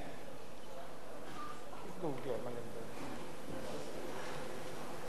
שלוש דקות.